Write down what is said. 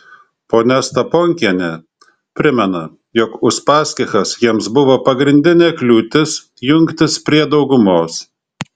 ponia staponkienė primena jog uspaskichas jiems buvo pagrindinė kliūtis jungtis prie daugumos